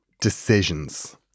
decisions